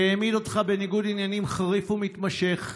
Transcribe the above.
שהעמיד אותך בניגוד עניינים חריף ומתמשך.